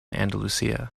andalusia